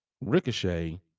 Ricochet